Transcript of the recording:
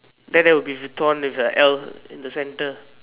then there will be Vuitton with the L in the center